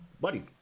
Buddy